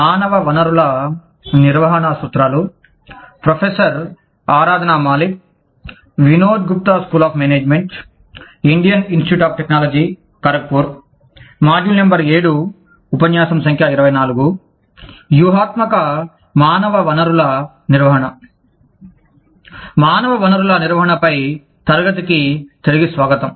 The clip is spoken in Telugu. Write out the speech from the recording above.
మానవ వనరుల నిర్వహణపై తరగతికి తిరిగి స్వాగతం